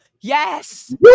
Yes